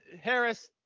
Harris